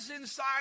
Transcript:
inside